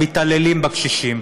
מתעללים בקשישים,